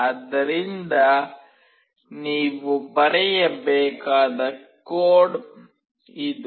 ಆದ್ದರಿಂದ ನೀವು ಬರೆಯಬೇಕಾದ ಕೋಡ್ ಇದು